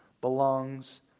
belongs